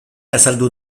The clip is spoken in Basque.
azaldu